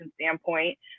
standpoint